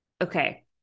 Okay